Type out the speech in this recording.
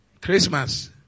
christmas